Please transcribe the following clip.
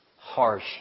harsh